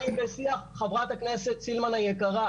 חברת הכנסת סילמן היקרה,